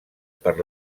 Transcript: per